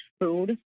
food